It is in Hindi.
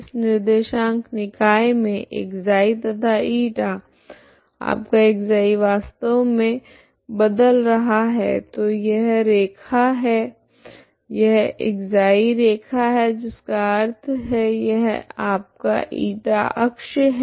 इस निर्देशांक निकाय मे ξ तथा η आपका ξ वास्तव मे बदल रहा है तो यह रैखा है यह ξ रैखा है जिसका अर्थ है यह आपका η अक्ष है